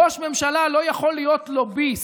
ראש ממשלה לא יכול להיות לוביסט,